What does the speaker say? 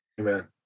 amen